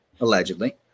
Allegedly